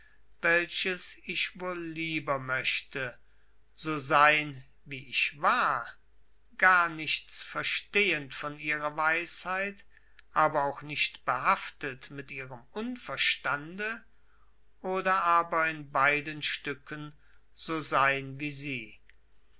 welches ich wohl lieber möchte so sein wie ich war gar nichts verstehend von ihrer weisheit aber auch nicht behaftet mit ihrem unverstande oder aber in beiden stücken so sein wie sie